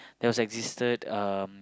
it was existed um